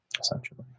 essentially